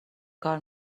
کار